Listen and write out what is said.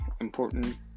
important